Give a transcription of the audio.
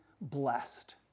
blessed